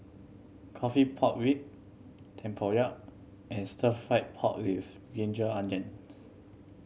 coffee pork rib tempoyak and stir fried pork with ginger onion